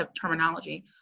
terminology